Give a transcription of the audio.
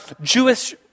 Jewish